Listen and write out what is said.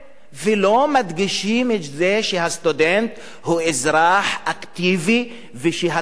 ולא מדגישים את זה שהסטודנט הוא אזרח אקטיבי ושהתנועה